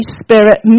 Spirit